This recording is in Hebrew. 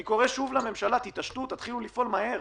אני קורא שוב לממשלה תתעשתו, תתחילו לפעול מהר.